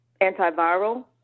antiviral